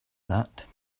that